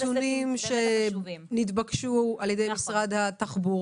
אלה אותם נתונים שנתבקשו על ידי משרד התחבורה,